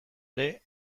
ere